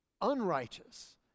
unrighteous